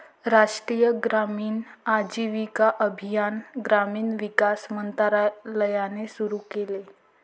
राष्ट्रीय ग्रामीण आजीविका अभियान ग्रामीण विकास मंत्रालयाने सुरू केले